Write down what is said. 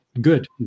good